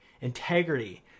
integrity